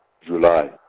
July